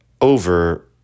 over